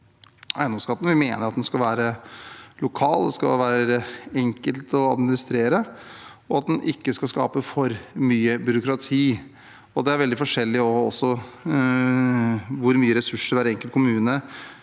være lokal, den skal være enkel å administrere, og den skal ikke skape for mye byråkrati. Det er veldig forskjellig også hvor mye ressurser hver enkelt kommune